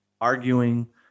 arguing